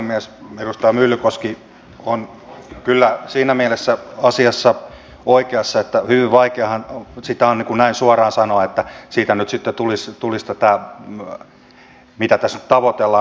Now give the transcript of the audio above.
edustaja myllykoski on kyllä siinä mielessä asiassa oikeassa että hyvin vaikeahan sitä on näin suoraan sanoa että siitä nyt sitten tulisi tätä mitä tässä nyt tavoitellaan